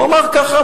הוא אמר כך,